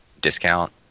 discount